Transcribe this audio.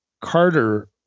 Carter